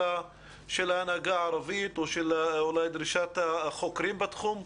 ההנהגה הערבית או של דרישת החוקרים בתחום?